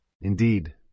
Indeed